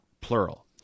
plural